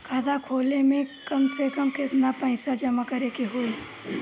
खाता खोले में कम से कम केतना पइसा जमा करे के होई?